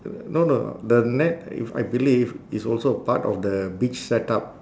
no no the net if I believe is also part of the beach setup